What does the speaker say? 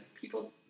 people